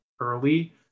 early